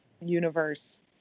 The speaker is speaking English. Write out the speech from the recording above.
universe